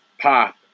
pop